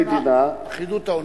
במדינה, אחידות העונשים.